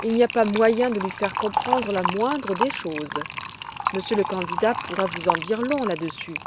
il n'y a pas moyen de lui faire comprendre la moindre de choses monsieur le candidat pourra vous en dire long là-dessus